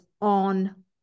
on